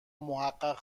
محقق